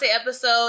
episode